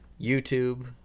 YouTube